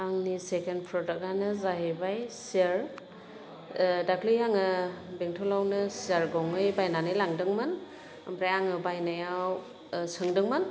आंनि सेकेन्ड प्रडाक्टआनो जाहैबाय चेयार दाख्लै आङो बेंटलावनो चियार गंनै बायनानै लांदोंमोन ओमफ्राय आङो बायनायाव सोंदोंमोन